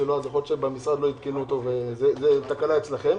שבמשרד לא עדכנו אותו התקלה אצלכם.